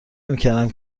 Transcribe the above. نمیکردم